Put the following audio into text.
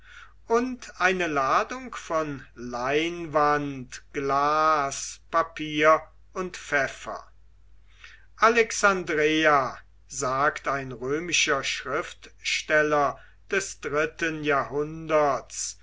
und eine ladung von leinwand glas papier und pfeffer alexandreia sagt ein römischer schriftsteller des dritten jahrhunderts